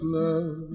love